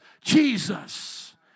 Jesus